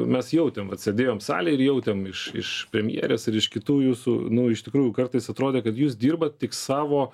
mes jautėm vat sėdėjom salėj ir jautėm iš iš premjerės ir iš kitų jūsų nu iš tikrųjų kartais atrodė kad jūs dirbat tik savo